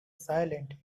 silent